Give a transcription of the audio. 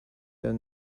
their